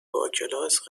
باکلاس